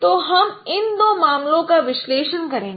तो हम इन दो मामलों का विश्लेषण करेंगे